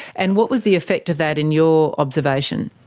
and what was the effect of that, in your observation?